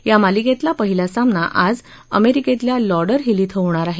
या मालिकेतला पहिला सामना आज अमेरिकेतल्या लॉडरहिल इथं होणार आहे